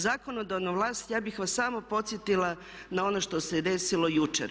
Zakonodavna vlast, ja bih vas samo podsjetila na ono što se desilo jučer.